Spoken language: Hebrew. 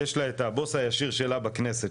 יש לה את הבוס הישיר שלה בכנסת,